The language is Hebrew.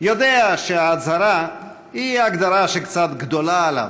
יודע שהצהרה היא הגדרה שקצת גדולה עליו.